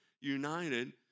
united